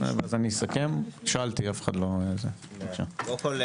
קודם כל,